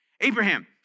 Abraham